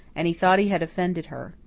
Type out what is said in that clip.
and he thought he had offended her.